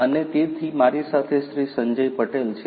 અને તેથી મારી સાથે શ્રી સંજય પટેલ છે